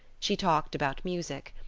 she talked about music.